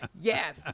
Yes